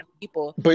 people